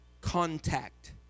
contact